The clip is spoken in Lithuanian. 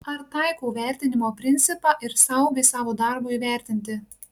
ar taikau vertinimo principą ir sau bei savo darbui įvertinti